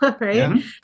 Right